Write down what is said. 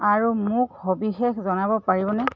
আৰু মোক সবিশেষ জনাব পাৰিবনে